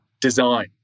design